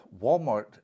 Walmart